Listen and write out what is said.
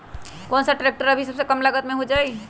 कौन सा ट्रैक्टर अभी सबसे कम लागत में हो जाइ?